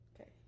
Okay